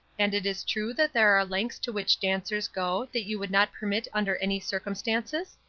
and it is true that there are lengths to which dancers go that you would not permit under any circumstances?